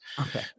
Okay